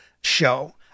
show